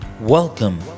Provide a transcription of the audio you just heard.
Welcome